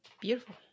Beautiful